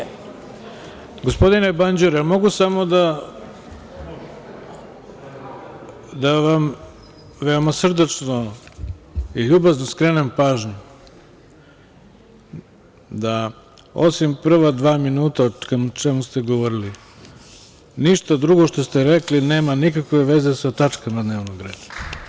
Gospodine Banđur, da li mogu samo da vam veoma srdačno i ljubazno skrenem pažnju da osim prva dva minuta o čemu ste govorili, ništa drugo što ste rekli nema nikakve veze sa tačkama dnevnog reda.